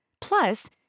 plus